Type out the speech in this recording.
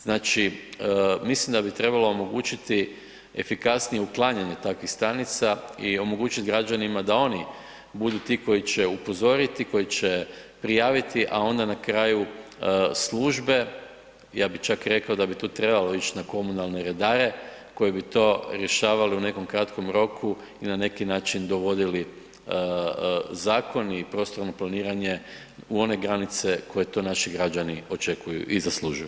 Znači mislim da bi trebalo omogućiti efikasnije uklanjanje takvih stanica i omogućiti građanima da oni budu ti koji će upozoriti, koji će prijaviti, a onda na kraju službe, ja bi čak rekao da bi tu trebalo ići na komunalne redare koji bi to rješavali u nekom kratkom roku i na neki način dovodili zakoni i prostorno planiranje, u one granice koje to naši građani očekuju i zaslužuju.